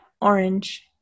orange